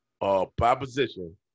proposition